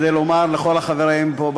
כדי לומר לכל החברים פה,